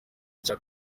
cya